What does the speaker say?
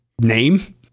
name